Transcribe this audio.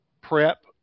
prep